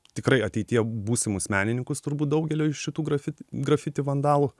tikrai ateityje būsimus menininkus turbūt daugeliui šitų grafit grafiti vandalų